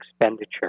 expenditure